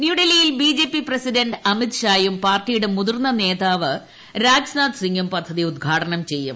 ന്യൂഡൂൽഹിയിൽ B J P president അമിത്ഷായും പാർട്ടിയുട്ടെ മൂതിർന്ന നേതാവ് രാജ്നാഥ് സിംഗും പദ്ധതി ഉദ്ഘാടനം ചെയ്യും